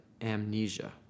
amnesia